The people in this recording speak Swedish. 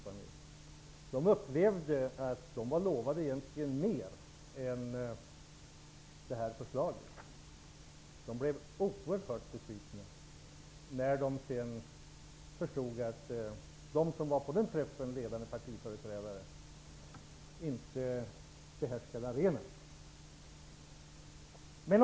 De upplevde att de lovats mer än det som Socialdemokraterna föreslår. De blev oerhört besvikna när de förstod att de ledande partiföreträdare som var med på träffen inte behärskade arenan.